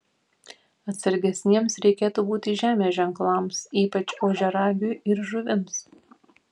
atsargesniems reikėtų būti žemės ženklams ypač ožiaragiui ir žuvims